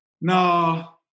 no